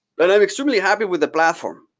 but i'm extremely happy with the platform.